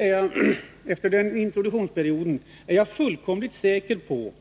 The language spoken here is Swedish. Men jag är fullkomligt säker på att efter den introduktionsperioden